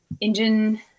engine